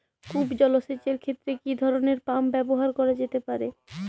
কূপ জলসেচ এর ক্ষেত্রে কি ধরনের পাম্প ব্যবহার করা যেতে পারে?